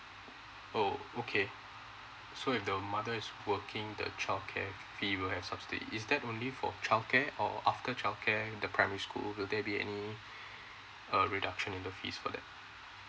oh okay so if the mother is working the childcare fee will have subsidy is that only for childcare or after childcare the primary school will there be any uh reduction in the fees for that